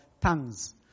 tongues